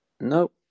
No